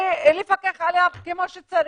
לפקח עליו כמו שצריך,